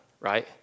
right